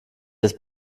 jetzt